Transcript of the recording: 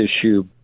issue